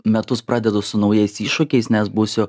metus pradedu su naujais iššūkiais nes būsiu